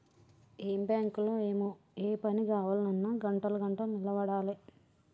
ఏం బాంకులో ఏమో, ఏ పని గావాల్నన్నా గంటలు గంటలు నిలవడాలె